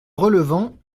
relevant